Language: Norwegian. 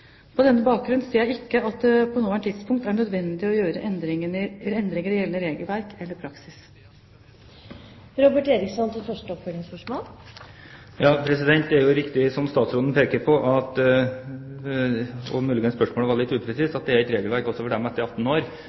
På denne bakgrunn ser jeg ikke at det på nåværende tidspunkt er nødvendig å gjøre endringer i gjeldende regelverk eller praksis. Det er jo riktig, som statsråden peker på – spørsmålet var muligens litt upresist – at det er et regelverk også for dem over 18 år